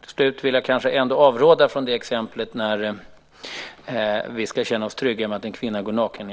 Till slut vill jag kanske ändå avråda från exemplet på när vi kan känna oss trygga, nämligen att en kvinna går naken